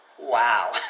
wow